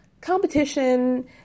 competition